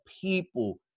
people